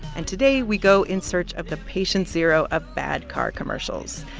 and today we go in search of the patient zero of bad car commercials.